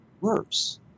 Worse